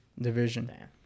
division